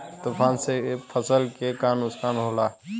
तूफान से फसल के का नुकसान हो खेला?